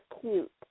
cute